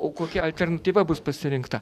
o kokia alternatyva bus pasirinkta